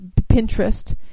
Pinterest